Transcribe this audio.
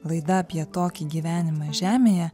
laida apie tokį gyvenimą žemėje